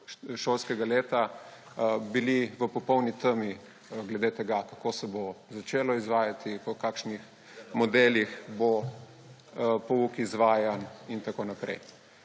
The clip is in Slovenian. šolskega leta v popolni temi glede tega, kako se bo začelo izvajati, po kakšnih modelih bo pouk izvajan in tako naprej.